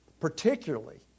particularly